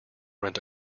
rent